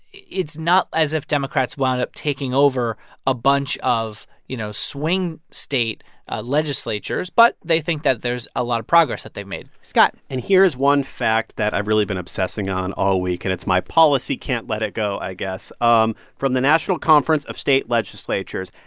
it's not as if democrats wound up taking over a bunch of, you know, swing-state ah legislatures. but they think that there's a lot of progress that they've made scott and here's one fact that i've really been obsessing on all week. and it's my policy can't let it go, i guess. um from the national conference of state legislatures,